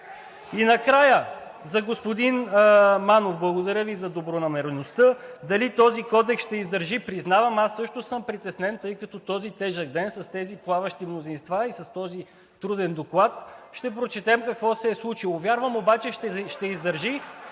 И накрая – за господин Манов. Благодаря Ви за добронамереността. Дали този кодекс ще издържи! Признавам, аз също съм притеснен, тъй като този тежък ден, с тези плаващи мнозинства и с този труден доклад, ще прочетем какво се е случило. Вярвам обаче, че ще издържи